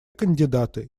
кандидаты